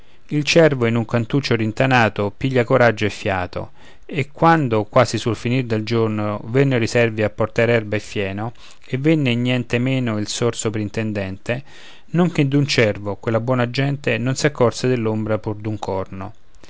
il cervo in un cantuccio rintanato piglia coraggio e fiato e quando quasi sul finir del giorno vennero i servi a portar erba e fieno e venne nientemeno il sor soprintendente non che d'un cervo quella buona gente non si accorse dell'ombra pur d'un corno